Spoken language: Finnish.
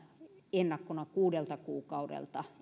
ennakkona kuudelta kuukaudelta